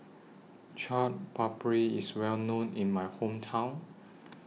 Chaat Papri IS Well known in My Hometown